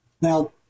Now